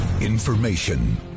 Information